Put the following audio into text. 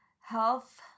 health